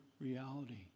reality